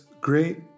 great